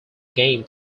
game